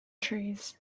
trees